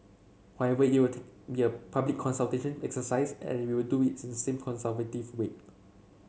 however it will take be a public consultation exercise and we will do it